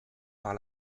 par